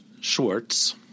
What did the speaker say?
Schwartz